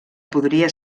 podria